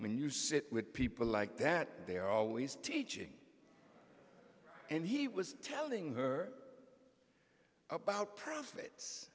when you sit with people like that they are always teaching and he was telling her about profits